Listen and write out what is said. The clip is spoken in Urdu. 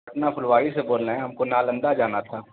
پٹنا پھلواری سے بول رہے ہیں ہم کو نالندہ جانا تھا